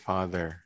Father